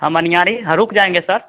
हाँ मनयाड़ी हाँ रुक जाएँगे सर